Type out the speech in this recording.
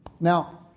Now